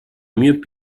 mieux